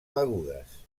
begudes